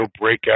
breakout